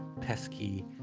pesky